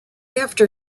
after